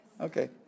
Okay